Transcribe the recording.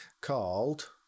called